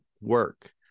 work